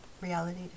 reality